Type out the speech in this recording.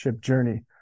journey